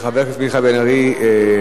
חבר הכנסת מיכאל בן-ארי תמך.